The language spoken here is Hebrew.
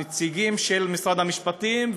הנציגים של משרד הפנים,